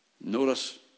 Notice